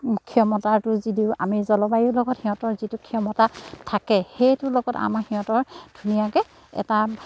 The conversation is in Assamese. ক্ষমতাটো যদিও আমি জলবায়ুৰ লগত সিহঁতৰ যিটো ক্ষমতা থাকে সেইটোৰ লগত আমাৰ সিহঁতৰ ধুনীয়াকৈ এটা